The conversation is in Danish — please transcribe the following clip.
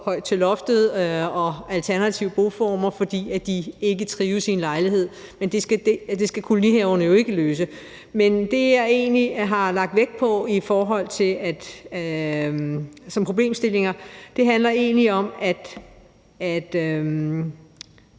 til loftet og alternative boformer, fordi de ikke trives i en lejlighed, men det skal kolonihaverne jo ikke løse. Men det, jeg har lagt vægt på som problemstillinger, handler egentlig om, at